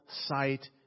sight